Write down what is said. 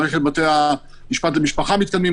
מערכת בתי המשפט למשפחה מתקדמת,